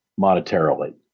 monetarily